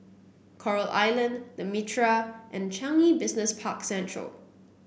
Coral Island The Mitraa and Changi Business Park Central